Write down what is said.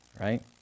Right